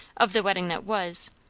of the wedding that was,